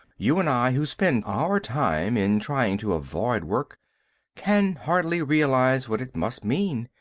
you and i who spend our time in trying to avoid work can hardly realise what it must mean.